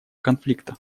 конфликта